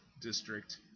district